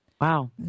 Wow